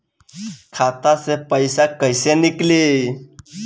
खाता से पैसा कैसे नीकली?